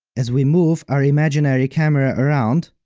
as we move our imaginary camera around,